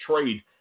trade